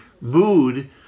mood